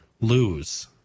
lose